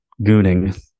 gooning